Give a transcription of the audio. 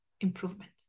improvement